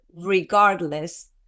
regardless